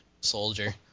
soldier